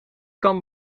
kan